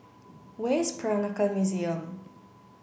where is Peranakan Museum